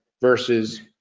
versus